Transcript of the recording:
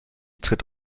tritt